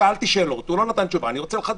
שאלתי שאלות, הוא לא נתן תשובה, אני רוצה לחדד.